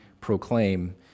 proclaim